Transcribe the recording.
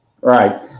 right